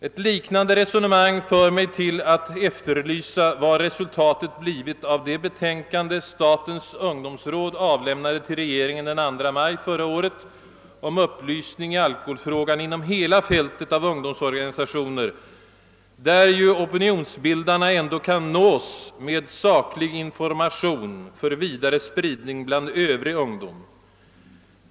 Ett liknande resonemang för mig till att efterlysa vad resultatet blivit av det betänkande som statens ungdomsråd avlämnade till regeringen den 2 maj förra året om upplysning i alkoholfrågan inom hela fältet av ungdomsorganisationer, där nu opinionsbildarna bland ungdom ändå kan nås med saklig in formation för vidare spridning bland övrig ungdom.